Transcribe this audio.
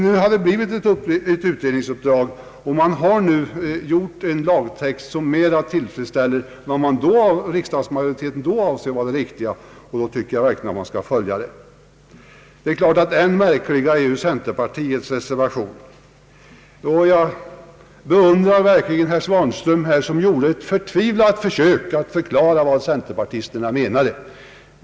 Nu har emellertid efter utredning föreslagits en lagtext som mera tillfredsställer vad riksdagsmajoriteten då ansåg vara det riktiga, och då tycker jag verkligen att man skall följa det. Det är klart att centerpartiets reservation framstår än märkligare, och jag beundrar herr Svanström som här har gjort ett förtvivlat försök att förklara vad centerpartisterna menar.